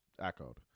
echoed